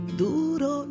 duro